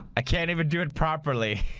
i can't even do it properly.